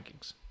rankings